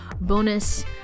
bonus